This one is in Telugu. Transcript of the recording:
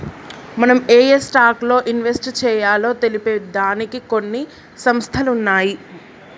మనం ఏయే స్టాక్స్ లో ఇన్వెస్ట్ చెయ్యాలో తెలిపే దానికి కొన్ని సంస్థలు ఉన్నయ్యి